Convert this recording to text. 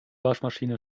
waschmaschine